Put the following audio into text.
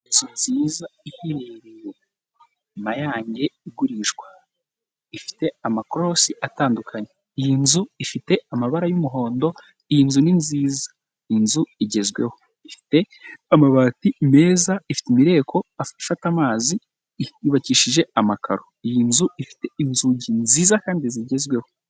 Inzu nziza iherereye i mayane, igurishwa. Ifite amakorosi atandukanye. Iyi nzu ifite amabara y'umuhondo, iyi nzu ni nziza. Iyi inzu igezweho, ifite amabati meza, ifite imireko ifata amazi, yubakishije amakaro. Iyi nzu ifite inzugi nziza kandi zigezweho.